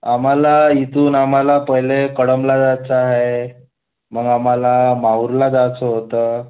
आम्हाला इथून आम्हाला पहिले कडमला जायचं आहे मग आम्हाला माऊरला जायचं होतं